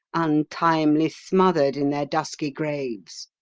untimely smother'd in their dusky graves.